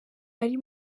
ari